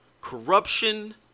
Corruption